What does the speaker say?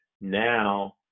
now